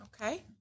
Okay